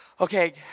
Okay